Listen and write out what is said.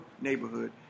neighborhood